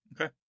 Okay